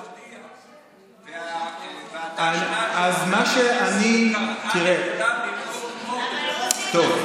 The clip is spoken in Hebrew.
אבל עוזי, בפועל יש, בפועל,